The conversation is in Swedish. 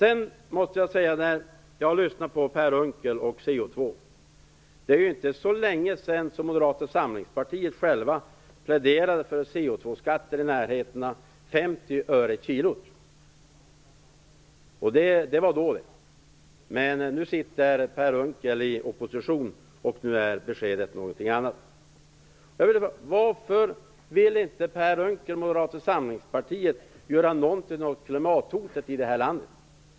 Efter att ha lyssnat på Per Unckels tal om CO2 skatten måste jag säga att det inte är så länge sedan Moderata samlingspartiet pläderade för en CO2-skatt på närmare 50 öre per kilo. Det var då det. Men nu sitter Per Unckel i opposition, och då är beskedet ett annat. Varför vill inte Per Unckel och Moderata samlingspartiet göra något åt klimathotet i detta land?